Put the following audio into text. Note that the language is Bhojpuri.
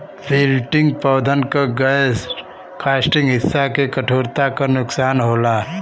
विल्टिंग पौधन क गैर काष्ठीय हिस्सा के कठोरता क नुकसान होला